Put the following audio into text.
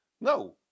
No